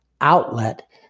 outlet